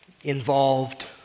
involved